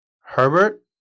Herbert